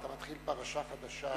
אתה מתחיל פרשה חדשה.